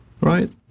Right